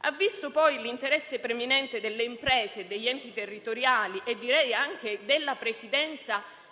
È poi di preminente interesse delle imprese, degli enti territoriali e anche direttamente della Presidenza